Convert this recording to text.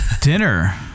dinner